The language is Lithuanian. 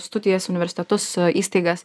studijas universitetus įstaigas